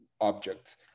objects